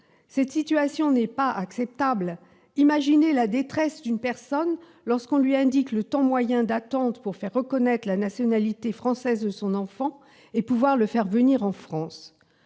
Cette situation n'est pas acceptable : imaginez la détresse de la personne que l'on informe du temps moyen qu'il faut attendre pour faire reconnaître la nationalité française de son enfant et pouvoir le faire venir en France